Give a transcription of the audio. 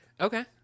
Okay